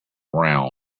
round